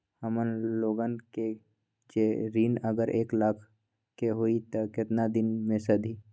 हमन लोगन के जे ऋन अगर एक लाख के होई त केतना दिन मे सधी?